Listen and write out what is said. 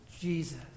Jesus